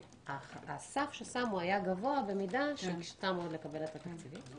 שהסף ששמו היה גבוה במידה שהקשתה מאוד לקבל את התקציבים.